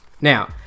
Now